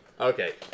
Okay